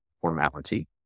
formality